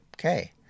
okay